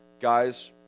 guys